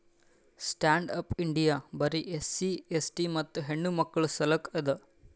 stand up India ಬರೆ SC ST ಮತ್ತ ಹೆಣ್ಣಮಕ್ಕುಳ ಸಲಕ್ ಅದ